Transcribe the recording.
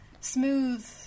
smooth